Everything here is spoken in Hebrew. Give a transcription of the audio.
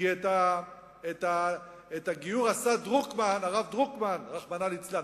כי את הגיור עשה הרב דרוקמן, רחמנא ליצלן.